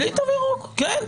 בלי תו ירוק, כן.